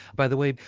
by the way,